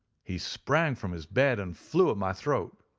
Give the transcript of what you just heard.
he sprang from his bed and flew at my throat.